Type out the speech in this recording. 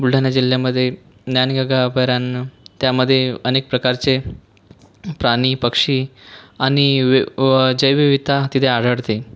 बुलढाणा जिल्ह्यामध्ये ज्ञानगंगा अभयारण्य त्यामध्ये अनेक प्रकारचे प्राणी पक्षी आणि वै व जैवविविधता तिथे आढळते